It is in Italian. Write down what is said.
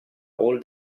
hall